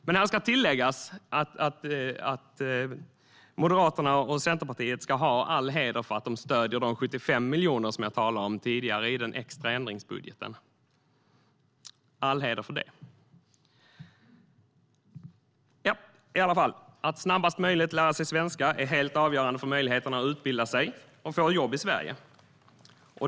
Men det ska tilläggas att Moderaterna och Centerpartiet ska ha all heder för att de stöder de 75 miljonerna i den extra ändringsbudgeten som jag talade om tidigare. All heder för det! Att snabbast möjligt lära sig svenska är helt avgörande för möjligheterna att utbilda sig och få jobb i Sverige.